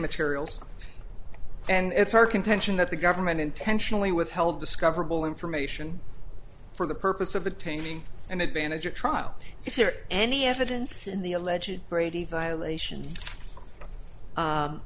materials and it's our contention that the government intentionally withheld discoverable information for the purpose of attaining an advantage or trial is there any evidence in the allegedly brady violation